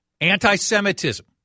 Anti-Semitism